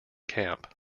camp